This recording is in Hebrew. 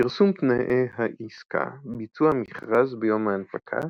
פרסום תנאי העסקה, ביצוע המכרז ביום ההנפקה